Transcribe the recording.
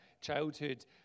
childhood